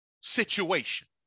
situation